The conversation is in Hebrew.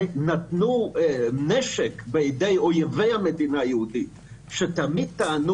נתנו נשק בידי אויבי המדינה היהודית לטעון